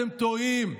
אתם טועים.